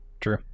True